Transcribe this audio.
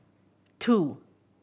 two